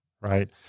right